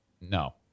No